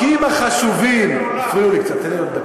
בחוקים החשובים, הפריעו לי קצת, תן לי רק דקה.